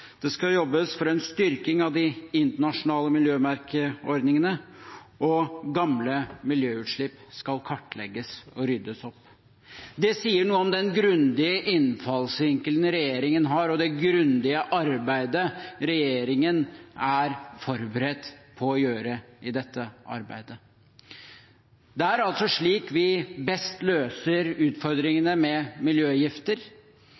Det skal jobbes for en styrking av de internasjonale miljømerkeordningene, og gamle miljøutslipp skal kartlegges og ryddes opp i. Det sier noe om den grundige innfallsvinkelen regjeringen har og det grundige arbeidet regjeringen er forberedt på å gjøre på dette området. Det er altså slik vi best løser